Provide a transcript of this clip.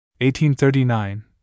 1839